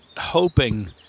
hoping